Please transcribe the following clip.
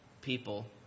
people